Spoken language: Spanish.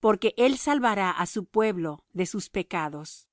porque él salvará á su pueblo de sus pecados